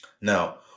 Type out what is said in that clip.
Now